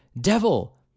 devil